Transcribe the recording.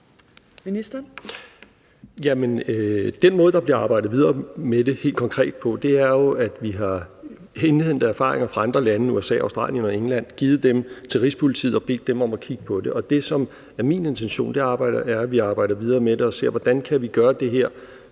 helt konkret bliver arbejdet videre med det, er jo, at vi har indhentet erfaringer fra andre lande – USA, Australien og England – og givet dem til Rigspolitiet og bedt dem om at kigge på det. Det, som er min intention, er, at vi arbejder videre med det og ser, hvordan vi kan gøre det her